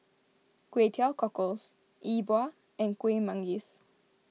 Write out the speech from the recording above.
Kway Teow Cockles E Bua and Kueh Manggis